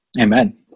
Amen